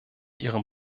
ihrem